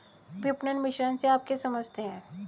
विपणन मिश्रण से आप क्या समझते हैं?